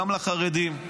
גם לחרדים,